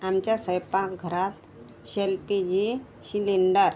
आमच्या स्वयपाकघरात LPG cylinder